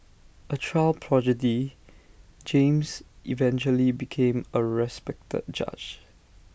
A child prodigy James eventually became A respected judge